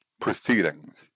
proceedings